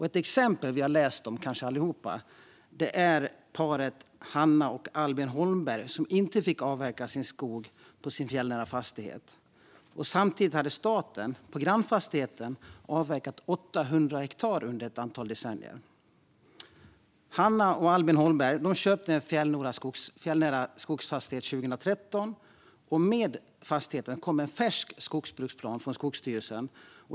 Ett exempel vi kanske allihop har läst om är paret Hanna och Albin Holmberg, som inte fick avverka skog på sin fjällnära fastighet. Samtidigt hade staten under ett antal decennier avverkat 800 hektar på grannfastigheten. Hanna och Albin Holmberg köpte en fjällnära skogsfastighet år 2013. Med fastigheten kom en färsk skogsbruksplan från Skogsstyrelsen.